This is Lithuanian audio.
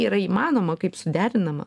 yra įmanoma kaip suderinama